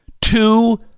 two